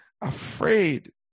afraid